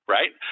Right